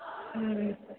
ம்ம்